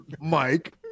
Mike